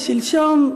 ושלשום,